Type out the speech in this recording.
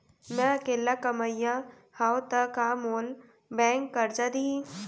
मैं अकेल्ला कमईया हव त का मोल बैंक करजा दिही?